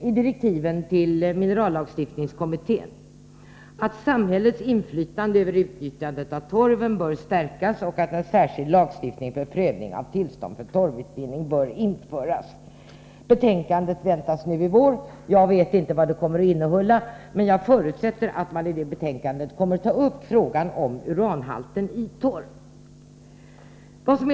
I direktiven till minerallagstiftningskommittén sägs att samhällets inflytande över utnyttjandet av torven bör stärkas och att en särskild lagstiftning för prövning av tillstånd för torvutvinning bör införas. Kommittén väntas lägga fram sitt betänkande nu i vår. Jag vet inte vad det kommer att innehålla. Men jag förutsätter att man i det betänkandet tar upp frågan om uranhalten i torv.